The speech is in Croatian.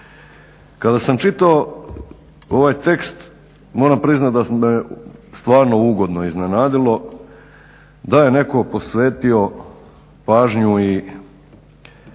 Kada sam čitao ovaj tekst moram priznati da me stvarno ugodno iznenadilo, da je netko posvetio pažnju i